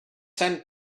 sent